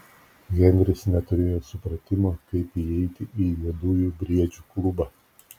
henris neturėjo supratimo kaip įeiti į juodųjų briedžių klubą